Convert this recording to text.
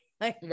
Right